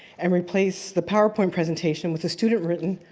and replace the powerpoint presentation with a student written,